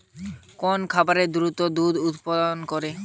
কোন খাকারে দ্রুত দুধ উৎপন্ন করে?